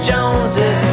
Joneses